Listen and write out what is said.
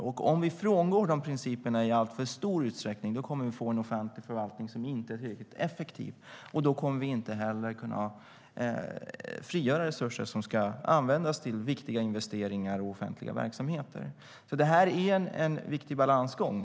Om vi frångår de principerna i alltför stor utsträckning kommer vi att få en offentlig förvaltning som inte är tillräckligt effektiv. Då kommer vi heller inte att kunna frigöra resurser som ska användas till viktiga investeringar och offentliga verksamheter. Detta är en viktig balansgång.